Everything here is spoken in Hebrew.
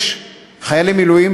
יש חיילי מילואים,